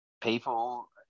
people